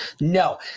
No